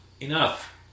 enough